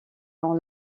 dans